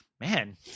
man